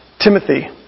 Timothy